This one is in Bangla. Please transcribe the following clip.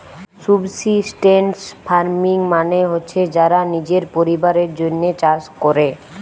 সুবসিস্টেন্স ফার্মিং মানে হচ্ছে যারা নিজের পরিবারের জন্যে চাষ কোরে